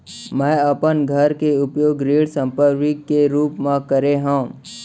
मै अपन घर के उपयोग ऋण संपार्श्विक के रूप मा करे हव